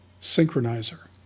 synchronizer